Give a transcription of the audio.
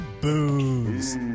booze